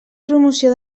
promoció